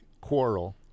quarrel